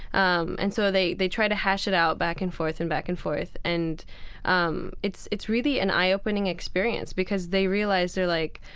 um and so they they try to hash it out back and forth and back and forth. and um it's it's really an eye-opening experience because they realize they're like,